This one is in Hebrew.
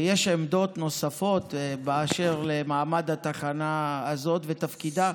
ויש עמדות נוספות באשר למעמד התחנה הזאת ותפקידה.